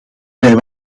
wij